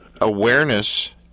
awareness